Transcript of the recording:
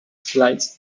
flights